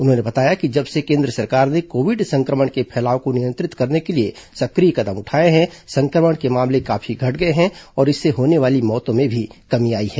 उन्होंने बताया कि जब से केन्द्र सरकार ने कोविड संक्रमण के फैलाव को नियंत्रित करने के लिए सक्रिय कदम उठाये हैं संक्रमण के मामले काफी घट गये हैं और इससे होने वाली मौतों में भी कमी आई है